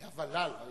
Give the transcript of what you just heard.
היה ול"ל.